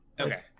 Okay